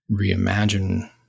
reimagine